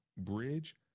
Bridge